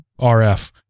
RF